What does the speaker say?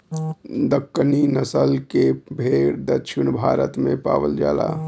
दक्कनी नसल के भेड़ दक्षिण भारत में पावल जाला